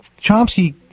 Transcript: Chomsky